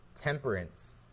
temperance